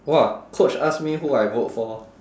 !wah! coach ask me who I vote for